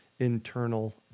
internal